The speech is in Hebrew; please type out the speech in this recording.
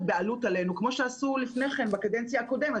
עלינו כמו שעשו לפני כן בקדנציה הקודמת.